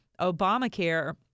Obamacare